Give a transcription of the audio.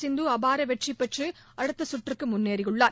சிந்து அபார வெற்றி பெற்று அடுத்த சுற்றுக்கு முன்னேறினார்